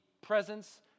presence